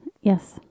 Yes